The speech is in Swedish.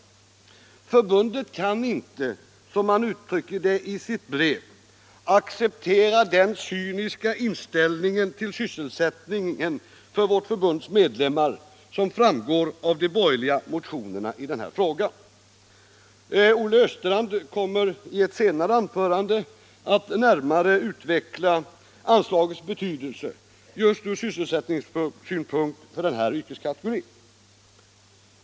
Förbundet kan inte, som man uttrycker det i sitt brev, acceptera den cyniska inställning till sysselsättningen för vårt förbunds medlemmar som framgår av de borgerliga motionerna i den här frågan. Olle Östrand kommer i ett senare anförande att närmare utveckla anslagets betydelse just från sysselsättningssynpunkt för den här yrkeskategorin.